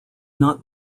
not